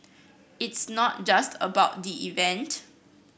it's not just about the event